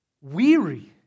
weary